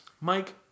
Mike